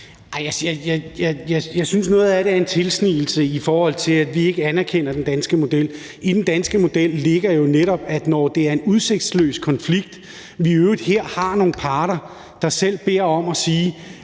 Jeg synes, noget af det er en tilsnigelse, i forhold til at vi ikke anerkender den danske model. I den danske model ligger jo netop, at vi kan gribe ind, når det er en udsigtsløs konflikt – og når vi i øvrigt her har nogle parter, der selv beder om, at nu